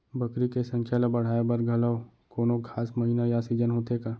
बकरी के संख्या ला बढ़ाए बर घलव कोनो खास महीना या सीजन होथे का?